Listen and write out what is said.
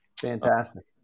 Fantastic